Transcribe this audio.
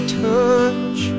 touch